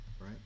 right